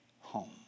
home